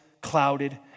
clouded